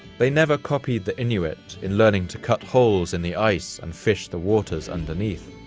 they never copied the inuit in learning to cut holes in the ice and fish the waters underneath.